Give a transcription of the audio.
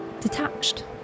detached